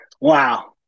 Wow